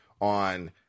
on